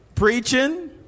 Preaching